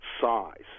size